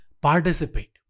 participate